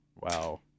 Wow